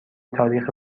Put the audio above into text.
تاریخ